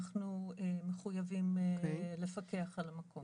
אנחנו מחויבים לפקח על המקום.